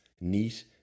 NEAT